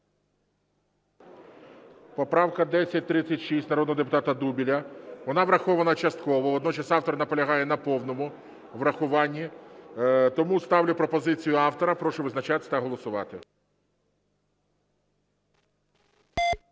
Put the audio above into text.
Поправка 1036 народного депутата Дубеля. Вона врахована частково, водночас автор наполягає на повному врахуванні. Тому ставлю пропозицію автора. Прошу визначатись та голосувати.